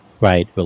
right